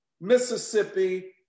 Mississippi